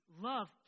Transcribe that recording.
love